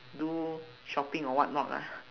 do shopping or what not lah